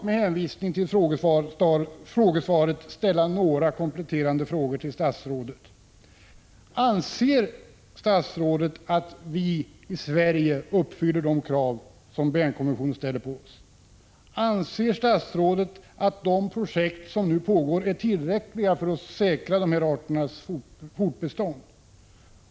Med hänvisning till frågesvaret vill jag därför ställa några kompletterande frågor till statsrådet: Anser statsrådet att vi i Sverige uppfyller de krav som Bernkonventionen ställer på oss? Anser statsrådet att de projekt som nu pågår är tillräckliga för att säkra dessa arters fortbestånd?